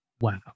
Wow